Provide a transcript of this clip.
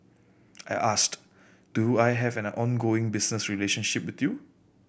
I asked do I have an ongoing business relationship with you